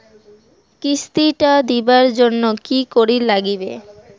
কিস্তি টা দিবার জন্যে কি করির লাগিবে?